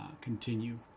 continue